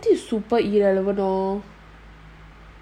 is super irrelevant lor